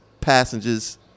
passengers